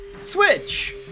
Switch